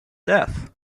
death